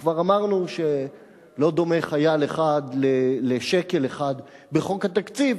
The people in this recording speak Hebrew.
וכבר אמרנו שלא דומה חייל אחד לשקל אחד בחוק התקציב,